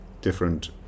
different